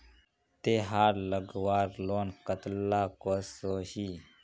तेहार लगवार लोन कतला कसोही?